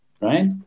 right